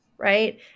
right